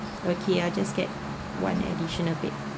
okay I'll just get one additional bed